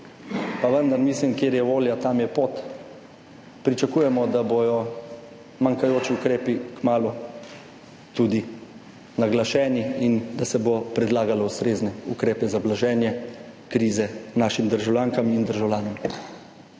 pa vendar mislim, kjer je volja, tam je pot. Pričakujemo, da bodo manjkajoči ukrepi kmalu tudi razglašeni in da se bo predlagalo ustrezne ukrepe za blaženje krize naših državljank in državljanov.